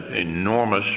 enormous